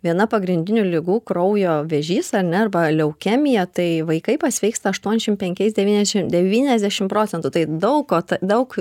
viena pagrindinių ligų kraujo vėžys ar ne arba leukemija tai vaikai pasveiksta aštuoniasdešimt penkiais devyniasdešim devyniasdešimt procentų tai daug ko t daug